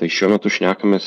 tai šiuo metu šnekamės